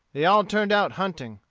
they all turned out hunting.